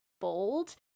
bold